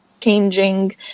changing